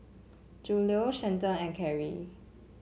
Julio Shelton and Carey